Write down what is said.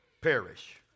Perish